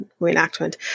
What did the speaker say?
reenactment